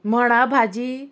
मणा भाजी